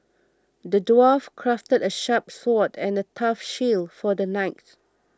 the dwarf crafted a sharp sword and a tough shield for the knight